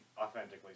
authentically